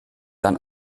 dann